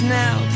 now